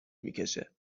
میکشه